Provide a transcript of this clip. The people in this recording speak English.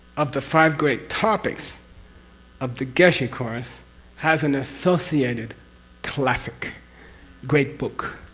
of the five great topics of the geshe course has an associated classic great book.